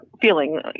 feeling